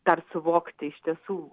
dar suvokti iš tiesų